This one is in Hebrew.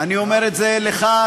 אני אומר את זה לך,